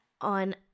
on